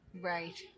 Right